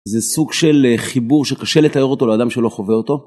זה סוג של חיבור שקשה לתאר אותו לאדם שלא חווה אותו.